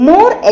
More